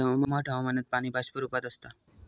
दमट हवामानात पाणी बाष्प रूपात आसता